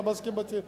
אתה מסכים אתי,